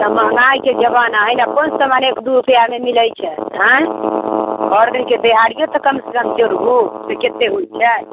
तऽ महँगाइके जमाना हय ने कोन सामान एक दू रूपैआमे मिलै छै आँय आओर दिनके देहारिओ तऽ कमसँ कम जोड़बहो जे कते होइ छै